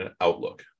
outlook